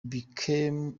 became